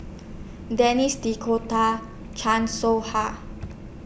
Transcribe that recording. Denis D'Cotta Chan Soh Ha